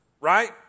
right